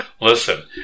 Listen